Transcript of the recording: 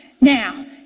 Now